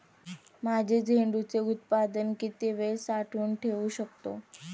माझे झेंडूचे उत्पादन किती वेळ साठवून ठेवू शकतो?